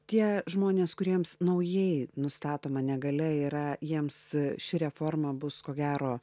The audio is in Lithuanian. tie žmonės kuriems naujai nustatoma negalia yra jiems ši reforma bus ko gero